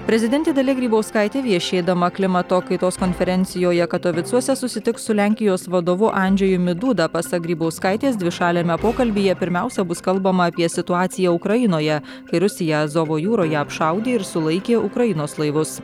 prezidentė dalia grybauskaitė viešėdama klimato kaitos konferencijoje katovicuose susitiks su lenkijos vadovu andžejumi duda pasak grybauskaitės dvišaliame pokalbyje pirmiausia bus kalbama apie situaciją ukrainoje kai rusija azovo jūroje apšaudė ir sulaikė ukrainos laivus